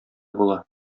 була